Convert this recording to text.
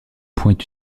point